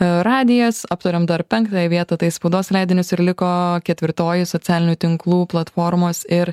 radijas aptariam dar penktąją vietą tai spaudos leidinius ir liko ketvirtoji socialinių tinklų platformos ir